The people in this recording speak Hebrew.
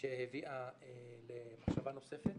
שהביאה למחשבה נוספת,